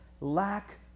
lack